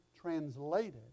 translated